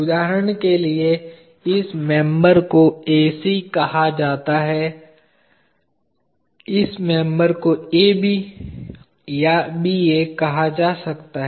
उदाहरण के लिए इस मेंबर को AC कहा जा सकता है इस मेंबर को AB या BA कहा जा सकता है